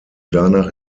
danach